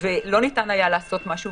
ולא ניתן היה לעשות משהו,